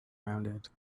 rounded